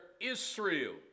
Israel